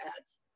ads